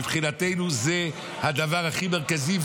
מבחינתנו זה הדבר הכי מרכזי,